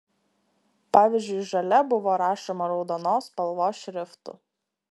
pavyzdžiui žalia buvo rašoma raudonos spalvos šriftu